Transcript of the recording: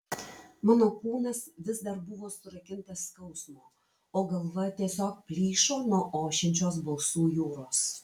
mano kūnas vis dar buvo surakintas skausmo o galva tiesiog plyšo nuo ošiančios balsų jūros